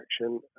action